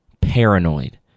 paranoid